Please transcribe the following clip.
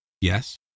Yes